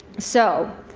so,